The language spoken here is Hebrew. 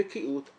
בקיאות,